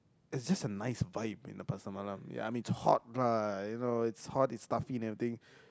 is just a nice vibe in the Pasar Malam ya I mean it's hot lah you know it's hot it's stuffy everything